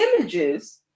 images